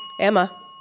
Emma